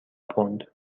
پوند